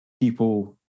people